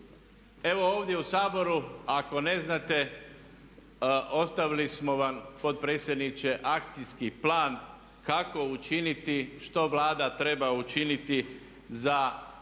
Evo ovdje u Saboru ako ne znate ostavili smo vam potpredsjedniče akcijski plan kako učiniti, što Vlada treba učiniti za sam